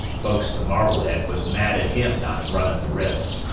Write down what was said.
folks to marblehead was mad at him not runnin' the risk,